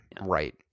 Right